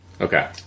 Okay